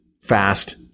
fast